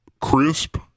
crisp